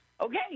okay